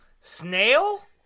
Snail